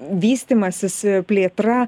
vystymasis plėtra